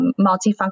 multifunctional